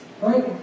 Right